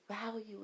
value